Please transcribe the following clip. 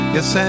Yes